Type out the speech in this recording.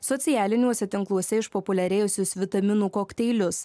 socialiniuose tinkluose išpopuliarėjusius vitaminų kokteilius